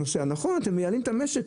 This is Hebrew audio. נכון, אתם מייעלים את המשק.